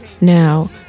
Now